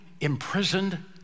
imprisoned